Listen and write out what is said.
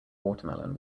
watermelon